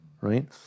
right